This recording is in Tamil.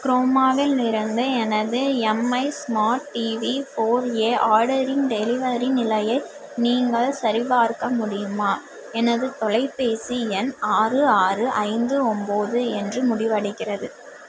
குரோமாவிலிருந்து எனது Mi smart TV four A ஆர்டரின் டெலிவரி நிலையை நீங்கள் சரிபார்க்க முடியுமா எனது தொலைபேசி எண் ஆறு ஆறு ஐந்து ஒம்பது என்று முடிவடைகிறது